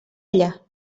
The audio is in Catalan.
allà